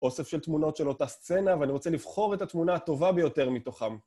אוסף של תמונות של אותה סצנה, ואני רוצה לבחור את התמונה הטובה ביותר מתוכם.